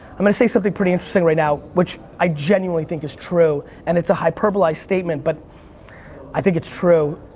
i'm gonna say something pretty interesting right now which i genuinely think is true. and it's a hyperbolized statement, but i think it's true.